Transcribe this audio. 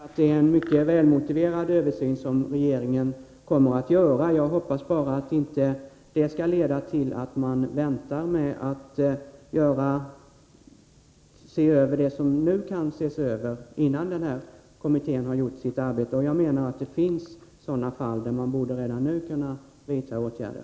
Herr talman! Det är en mycket välmotiverad översyn som regeringen kommer att göra. Jag hoppas bara att det inte skall leda till att man väntar med att se över frågor som kan ses över nu, alltså innan denna kommitté har gjort sitt arbete. Det finns fall där man redan nu borde kunna vidta åtgärder.